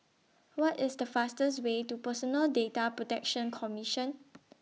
What IS The fastest Way to Personal Data Protection Commission